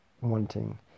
wanting